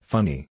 Funny